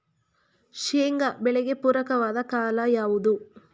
ಶೇಂಗಾ ಬೆಳೆಗೆ ಪೂರಕವಾದ ಕಾಲ ಯಾವುದು?